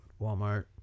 walmart